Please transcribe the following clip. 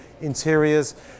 interiors